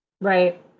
Right